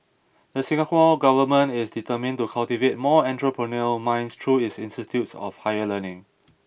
the Singapore government is determined to cultivate more entrepreneurial minds through its institutes of higher learning